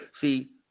See